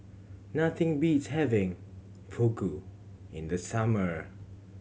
nothing beats having Fugu in the summer